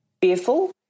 fearful